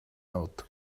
note